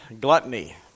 gluttony